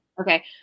Okay